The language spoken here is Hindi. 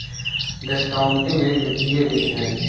डिस्कॉउंटिंग एक वित्तीय विधि है